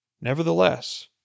Nevertheless